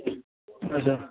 اَچھا